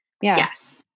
Yes